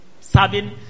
Serving